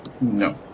No